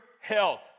health